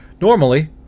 normally